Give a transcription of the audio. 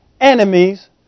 enemies